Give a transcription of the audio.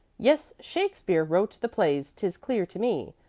yes! shakespeare wrote the plays tis clear to me.